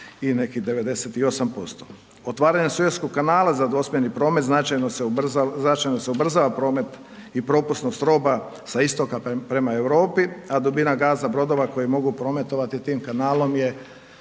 i nekih 98%. Otvaranjem Sueskog kanala za dvosmjerni promet značajno se ubrzava promet i propusnost roba sa istoka prema Europi, a dubina gaza brodova koji mogu prometovati tim kanalom je